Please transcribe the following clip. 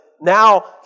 now